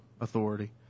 authority